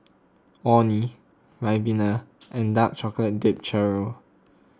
Orh Nee Ribena and Dark Chocolate Dipped Churro